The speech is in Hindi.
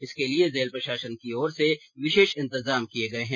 इसके लिए जेल प्रशासन की ओर से विशेष इंतजाम किये गये हैं